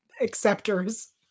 acceptors